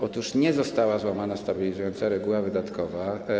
Otóż nie została złamana stabilizująca reguła wydatkowa.